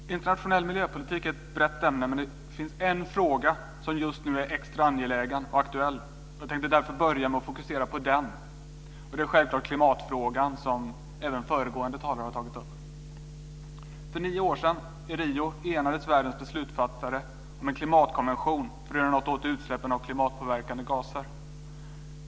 Fru talman! Internationell miljöpolitik är ett brett ämne, men det finns en fråga som just nu är extra angelägen och aktuell. Jag tänkte därför börja med att fokusera på den. Det är självfallet klimatfrågan, som även föregående talare har tagit upp. För nio år sedan, i Rio, enades världens beslutsfattare om en klimatkonvention för att göra något åt utsläppen av klimatpåverkande gaser.